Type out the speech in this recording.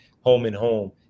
home-and-home